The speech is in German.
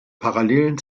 parallelen